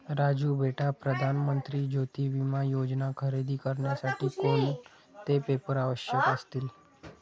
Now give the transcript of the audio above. राजू बेटा प्रधान मंत्री ज्योती विमा योजना खरेदी करण्यासाठी कोणते पेपर आवश्यक असतील?